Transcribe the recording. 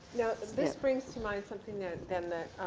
this this brings to mind something that then